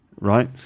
Right